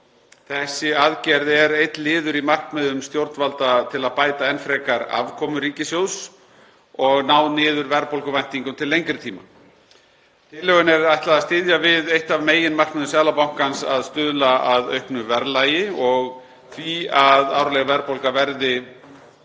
Þessi aðgerð er einn liður í markmiðum stjórnvalda til að bæta enn frekar afkomu ríkissjóðs og ná niður verðbólguvæntingum til lengri tíma. Tillögunni er ætlað að styðja við eitt af meginmarkmiðum Seðlabankans, að stuðla að stöðugu verðlagi og því að árleg verðbólga verði